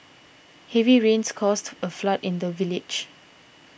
heavy rains caused a flood in the village